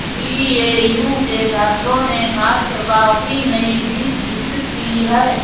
BAU के छात्रों ने खाद छिड़काव की नई विधि विकसित की है